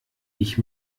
ich